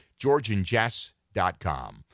georgeandjess.com